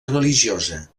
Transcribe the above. religiosa